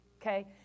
okay